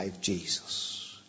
Jesus